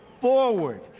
forward